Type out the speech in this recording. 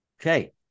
Okay